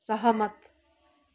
सहमत